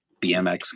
bmx